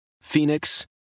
Phoenix